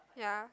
ya